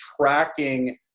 tracking